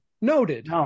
Noted